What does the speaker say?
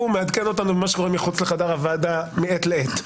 הוא מעדכן אותנו במה שקורה מחוץ לחדר הוועדה מעת לעת.